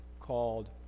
called